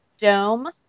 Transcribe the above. Dome